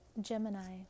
Gemini